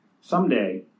someday